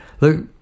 look